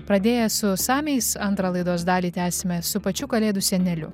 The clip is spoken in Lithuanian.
pradėję su samiais antrą laidos dalį tęsime su pačiu kalėdų seneliu